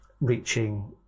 reaching